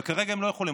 וכרגע הם לא יכולים.